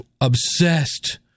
obsessed